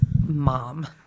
mom